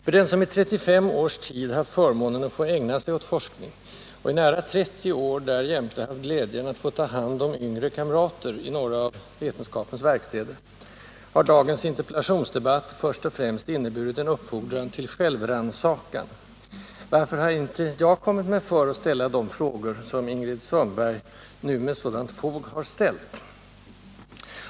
För den som i 35 års tid haft förmånen att få ägna sig åt forskning och i nära 30 år därjämte haft glädjen att få ta hand om yngre kamrater i några av vetenskapens verkstäder har dagens interpellationsdebatt först och främst inneburit en uppfordran till självrannsakan: Varför har inte jag kommit mig för att ställa de frågor som Ingrid Sundberg nu med sådant fog har ställt?